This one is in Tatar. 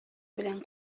белән